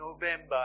November